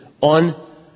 on